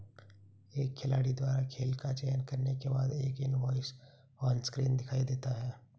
एक खिलाड़ी द्वारा खेल का चयन करने के बाद, एक इनवॉइस ऑनस्क्रीन दिखाई देता है